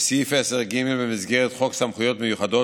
בסעיף 10(ג) במסגרת חוק סמכויות מיוחדות